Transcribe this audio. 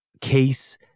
case